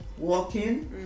walking